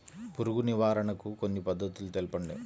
పురుగు నివారణకు కొన్ని పద్ధతులు తెలుపండి?